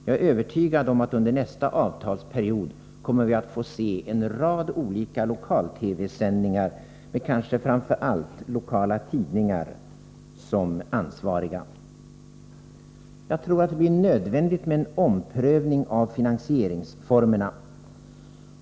Jag är övertygad om att vi under nästa avtalsperiod kommer att få se en rad olika lokal-TV-sändningar, med kanske framför allt lokala tidningar som ansvariga. Jag tror att det blir nödvändigt med en omprövning av finansieringsformerna.